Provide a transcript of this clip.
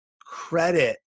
credit